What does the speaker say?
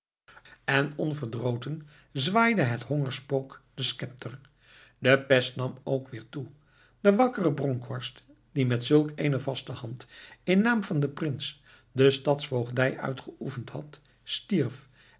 en onverdroten zwaaide het hongerspook den schepter de pest nam ook weer toe de wakkere bronckhorst die met zulk eene vaste hand in naam van den prins de stadsvoogdij uitgeoefend had stierf